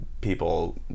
people